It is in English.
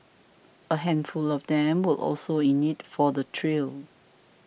a handful of them were also in it for the thrill